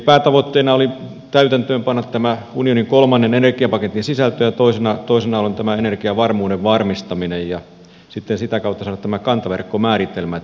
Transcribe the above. päätavoitteena oli panna täytäntöön tämä unionin kolmannen energiapaketin sisältö ja toisena tavoitteena oli tämä energiavarmuuden varmistaminen ja sitten sitä kautta saada tämä kantaverkkomääritelmä tänne